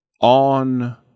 on